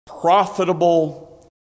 profitable